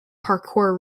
parkour